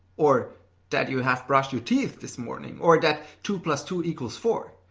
or that you have brushed your teeth this morning, or that two plus two equals four.